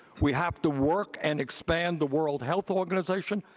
we have to work and expand the world health organization.